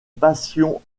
passion